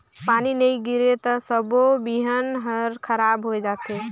पानी नई गिरे त सबो बिहन हर खराब होए जथे